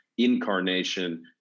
incarnation